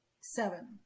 Seven